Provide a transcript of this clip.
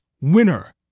winner